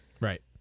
Right